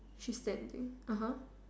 she's standing (uh huh)